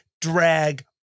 drag